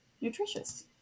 nutritious